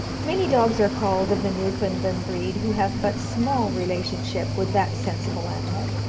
many dogs are called of the newfoundland breed who have but small relationship with that sensible animal.